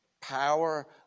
power